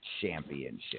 Championship